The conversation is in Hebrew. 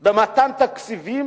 במתן תקציבים,